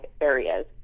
areas